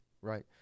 right